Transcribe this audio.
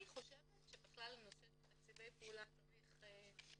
אני בכלל חושבת שבנושא של תקציבי פעולה צריך לדון